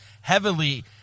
heavily